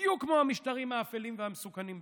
בדיוק כמו המשטרים האפלים והמסוכנים ביותר.